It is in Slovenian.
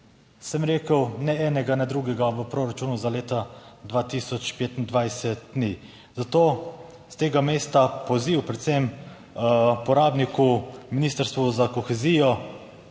Sem rekel, ne enega ne drugega v proračunu za leto 2025 ni. Zato s tega mesta poziv predvsem porabniku, ministrstvu za kohezijo